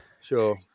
sure